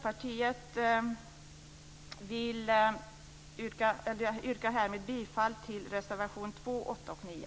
Jag yrkar härmed bifall till reservationerna 2, 8 och 9.